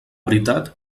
veritat